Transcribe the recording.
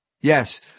Yes